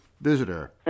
visitor